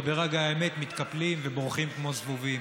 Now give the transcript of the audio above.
וברגע האמת מתקפלים ובורחים כמו זבובים.